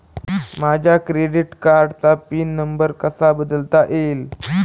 माझ्या क्रेडिट कार्डचा pin number कसा बदलता येईल?